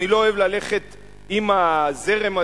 אני לא אוהב ללכת עם הזרם הזה,